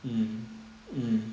mm mm